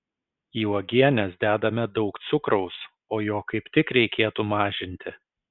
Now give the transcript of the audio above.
į uogienes dedame daug cukraus o jo kaip tik reikėtų mažinti